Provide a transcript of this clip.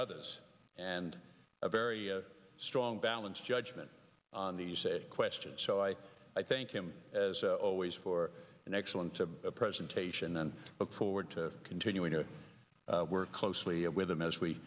others and a very strong balance judgment on the say question so i i thank him as always for an excellent a presentation and look forward to continuing to work closely with him as we